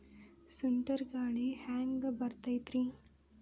ಸುಂಟರ್ ಗಾಳಿ ಹ್ಯಾಂಗ್ ಬರ್ತೈತ್ರಿ?